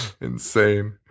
insane